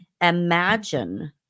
imagine